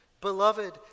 Beloved